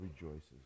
rejoices